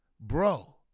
Bro